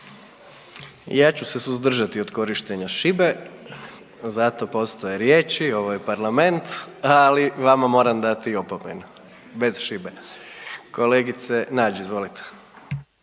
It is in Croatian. Ja ću se suzdržati od korištenja šibe, za to postoje riječi, ovo je parlament, ali vama moram dati opomenu bez šibe. Kolegice Nađ, izvolite.